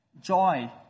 joy